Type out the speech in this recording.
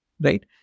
Right